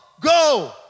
go